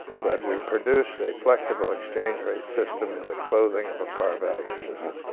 but we produced a flexible exchange rate system in the clothing of a par value system.